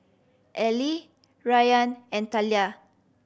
Allie Rayan and Talia